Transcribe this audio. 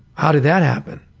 how did that happen?